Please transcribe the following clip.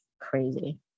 Crazy